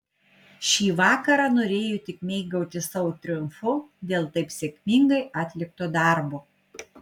šį vakarą norėjo tik mėgautis savo triumfu dėl taip sėkmingai atlikto darbo